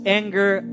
anger